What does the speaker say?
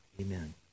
Amen